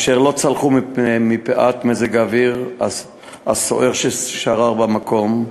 והם לא צלחו מפאת מזג האוויר הסוער ששרר במקום,